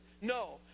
No